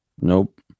Nope